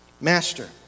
master